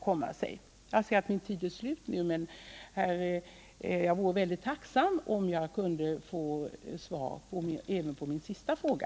Jag ser att min tid är slut nu, men jag vore mycket tacksam om jag kunde få svar på även min sista fråga.